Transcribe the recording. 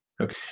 okay